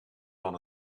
van